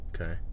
Okay